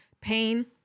pain